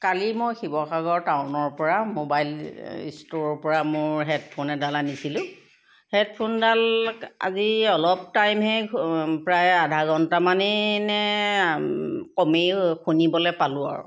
কালি মই শিৱসাগৰ টাউনৰ পৰা মবাইল ষ্টৰৰ পৰা মোৰ হেডফোন এডাল আনিছিলোঁ হেডফোনডাল আজি অলপ টাইমহে প্ৰায় আধা ঘণ্টা মানেই নে কমেই শুনিবলৈ পালোঁ আৰু